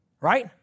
Right